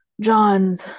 john's